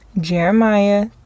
Jeremiah